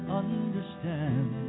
understand